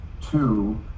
two